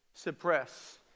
suppress